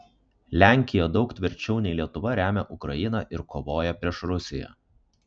lenkija daug tvirčiau nei lietuva remia ukrainą ir kovoja prieš rusiją